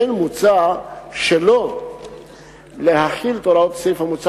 כן מוצע שלא להחיל על הוראות הסעיף המוצע